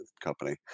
company